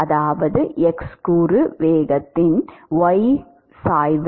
அதாவது x கூறு வேகத்தின் y சாய்வு